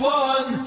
one